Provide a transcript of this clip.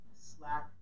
slack